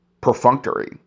perfunctory